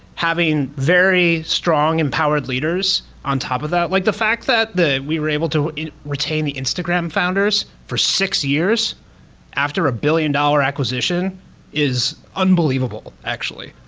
having very strong empowered leaders on top of that, like the fact that we were able to retain the instagram founders for six years after a billion-dollar acquisition is unbelievable actually.